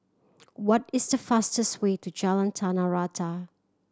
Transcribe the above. what is the fastest way to Jalan Tanah Rata